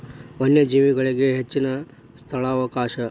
ವನ್ಯಜೇವಿಗಳಿಗೆ ಹೆಚ್ಚಿನ ಸ್ಥಳಾವಕಾಶ